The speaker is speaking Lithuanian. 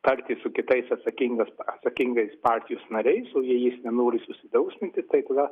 tartis su kitais atsakingas atsakingais patijos nariais o jei jis nenori sudrausminti tai tada